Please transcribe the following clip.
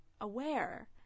aware